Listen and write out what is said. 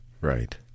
Right